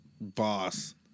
boss